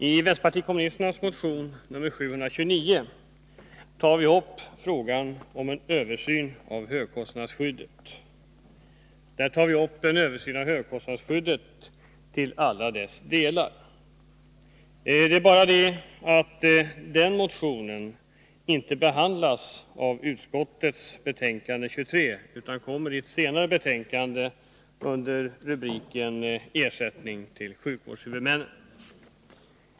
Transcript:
Herr talman! I vpk:s motion 729 tar vi upp frågan om en översyn av hur kostnadsskyddet— en översyn av högkostnadsskyddet i alla dess delar. Det är bara det att den motionen inte behandlas i utskottets betänkande 23 utan tas upp i ett senare betänkande under rubriken Ersättning till sjukvårdshuvudmännen.